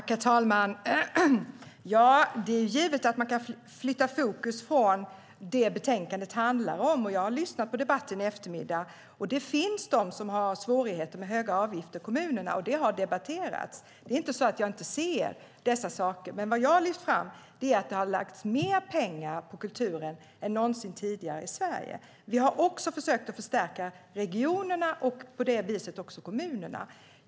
Herr talman! Det är givet att man kan flytta fokus från det som betänkandet handlar om. Jag har lyssnat på debatten i eftermiddag. Det finns de som har svårigheter med höga avgifter i kommunerna - det har debatterats. Det är inte så att jag inte ser dessa saker. Men vad jag har lyft fram är att det har lagts mer pengar på kulturen än någonsin tidigare i Sverige. Vi har också försökt förstärka regionerna och på det viset också kommunerna.